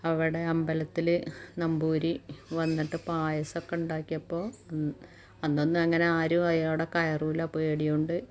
അവിടെ അമ്പലത്തിൽ നമ്പൂതിരി വന്നിട്ട് പായസം ഒക്കെ ഉണ്ടാക്കിയപ്പോൾ അന്നൊന്നും അങ്ങനെയാരും അവിടെ കയറില്ല പേടി കൊണ്ട്